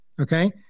okay